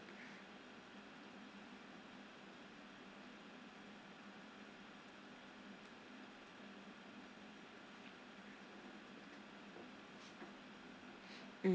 mm